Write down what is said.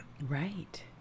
Right